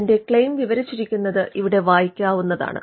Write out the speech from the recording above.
അതിന്റെ ക്ലെയിം വിവരിച്ചിരിക്കുന്നത് ഇവിടെ വായിക്കാവുന്നതാണ്